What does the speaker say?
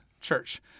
church